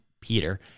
Peter